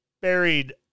buried